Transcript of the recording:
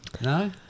No